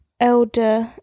elder